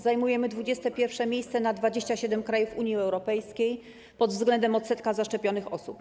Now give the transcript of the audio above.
Zajmujemy 21. miejsce na 27 krajów Unii Europejskiej pod względem odsetka zaszczepionych osób.